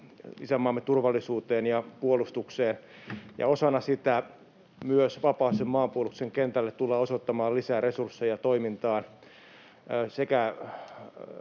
isänmaamme turvallisuuteen ja puolustukseen. Osana sitä myös vapaaehtoisen maanpuolustuksen kentälle tullaan osoittamaan lisää resursseja toimintaan,